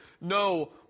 no